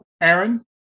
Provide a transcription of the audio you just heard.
Aaron